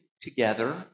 together